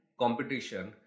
competition